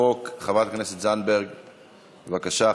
חברת הכנסת זנדברג, בבקשה.